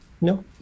No